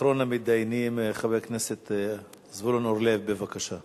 אחרון המתדיינים, חבר הכנסת זבולון אורלב, בבקשה.